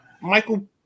Michael